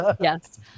yes